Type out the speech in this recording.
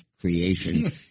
creation